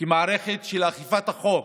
כמערכת אכיפת החוק,